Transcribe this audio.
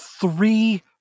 three